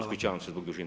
Ispričavam se zbog dužine.